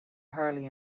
hurley